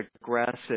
aggressive